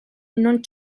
non